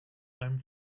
time